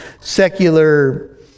secular